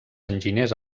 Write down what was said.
enginyers